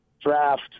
draft